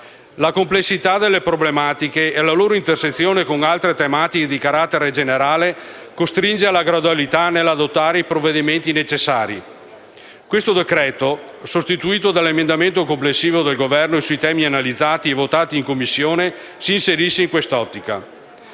La complessità delle problematiche e la loro intersezione con altre tematiche di carattere generale costringono alla gradualità nell'adottare i provvedimenti necessari. Questo decreto-legge, sostituito dall'emendamento complessivo del Governo sui temi analizzati e votati in Commissione, si inerisce in quest'ottica.